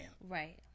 Right